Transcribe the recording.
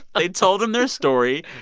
they told him their story.